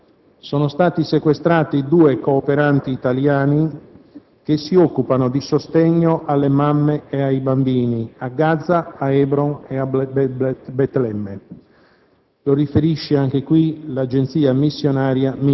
L'altra brutta notizia viene da Gaza: sono stati sequestrati due cooperanti italiani che si occupano di sostegno alle mamme e ai bambini, a Gaza, Hebron e a Betlemme.